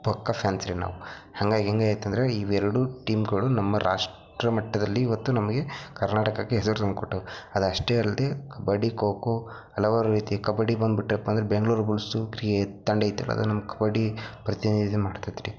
ಪಕ್ಕಾ ಫ್ಯಾನ್ಸ್ ರೀ ನಾವು ಹಾಗಾಗಿ ಹೆಂಗಾಗಯ್ತೆ ಅಂದರೆ ಇವೆರಡು ಟೀಮ್ಗಳು ನಮ್ಮ ರಾಷ್ಟ್ರಮಟ್ಟದಲ್ಲಿ ಇವತ್ತು ನಮಗೆ ಕರ್ನಾಟಕಕ್ಕೆ ಹೆಸರು ತಂದುಕೊಟ್ಟವು ಅದು ಅಷ್ಟೇ ಅಲ್ಲದೆ ಕಬಡ್ಡಿ ಖೋಖೋ ಹಲವಾರು ರೀತಿಯ ಕಬಡ್ಡಿ ಬಂದುಬಿಟ್ರಪ್ಪಾಂದ್ರೆ ಬೆಂಗ್ಳೂರು ಬುಲ್ಸು ಕ್ರಿಯೇ ತಂಡ ಐತಲ್ಲ ಅದು ನಮ್ಮ ಕಬಡ್ಡಿ ಪ್ರತಿನಿಧಿ ಮಾಡ್ತತ್ರಿ